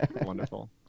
Wonderful